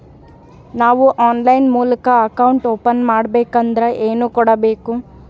ನಾವು ಆನ್ಲೈನ್ ಮೂಲಕ account open ಮಾಡಬೇಂಕದ್ರ ಏನು ಕೊಡಬೇಕು?